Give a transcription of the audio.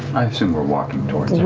i assume we're walking towards